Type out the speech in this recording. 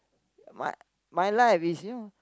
my my life is you know